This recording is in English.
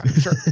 sure